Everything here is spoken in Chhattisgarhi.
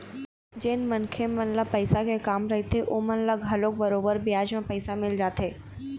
जेन मनखे मन ल पइसा के काम रहिथे ओमन ल घलोक बरोबर बियाज म पइसा मिल जाथे